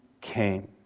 came